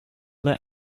let